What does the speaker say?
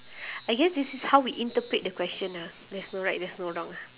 I guess this is how we interpret the question ah there's no right there's no wrong